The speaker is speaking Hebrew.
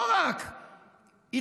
לא רק התנחלויות,